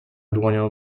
dłonią